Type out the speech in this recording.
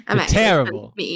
terrible